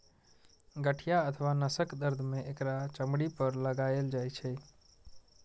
गठिया अथवा नसक दर्द मे एकरा चमड़ी पर लगाएल जाइ छै